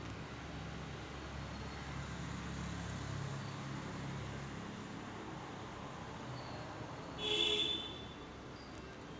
cultipacker घाणीचे ढिगारे चिरडतो, हवेचे खिसे काढतो, छोटे दगड दाबतो